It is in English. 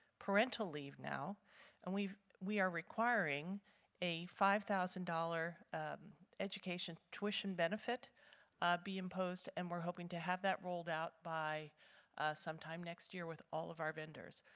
parental leave now and we we are requiring a five thousand dollars education tuition benefit be imposed, and we're hoping to have that rolled out by sometime next year with all of our vendors.